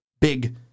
big